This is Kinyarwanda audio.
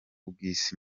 bw’isi